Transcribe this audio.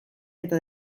eta